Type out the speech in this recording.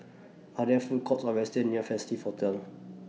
Are There Food Courts Or restaurants near Festive Hotel